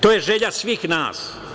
To je želja svih nas.